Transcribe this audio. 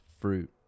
Fruit